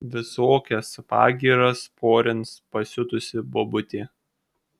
visokias pagyras porins pasiutusi bobutė